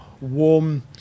warm